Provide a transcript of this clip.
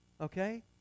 Okay